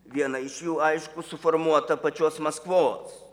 viena iš jų aišku suformuota pačios maskvos